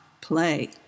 play